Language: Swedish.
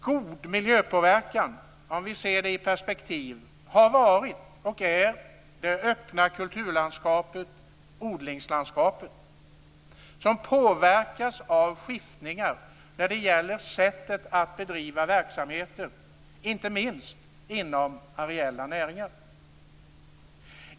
God miljöpåverkan - om vi ser det i ett perspektiv - har varit och är det öppna kulturlandskapet, odlingslandskapet. Det påverkas av skiftningar i sättet att bedriva verksamheten inte minst inom areella näringar.